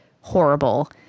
horrible